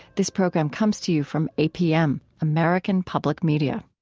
this program comes to you from apm, american public media